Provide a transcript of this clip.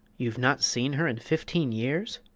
you've not seen her in fifteen years?